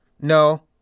no